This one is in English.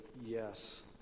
yes